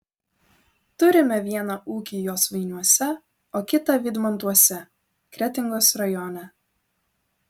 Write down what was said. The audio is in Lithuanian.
turime vieną ūkį josvainiuose o kitą vydmantuose kretingos rajone